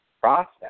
process